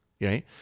right